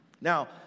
Now